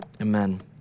amen